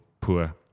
poor